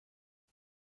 нас